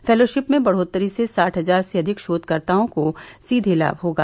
fellowship में बढ़ोतरी से साठ हजार से अधिक शोधकर्ताओं को सीधे लाम होगा